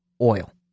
oil